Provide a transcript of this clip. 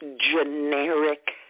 generic